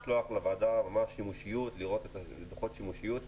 וגם נוכל לשלוח לוועדה כדי לראות דוחות שימושיות במערכת,